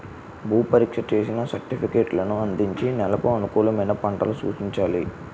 భూ పరీక్షలు చేసిన సర్టిఫికేట్లను అందించి నెలకు అనుకూలమైన పంటలు సూచించాలి